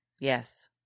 Yes